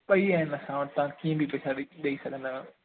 ॿई आहिनि असां वटि तव्हां कीअं बि पेसा ॾेई ॾेई सघंदा आहियो